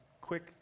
quick